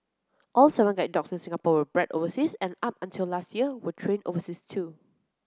all seven guide dogs in Singapore were bred overseas and up until last year were trained overseas too